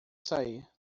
sair